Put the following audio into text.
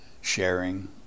sharing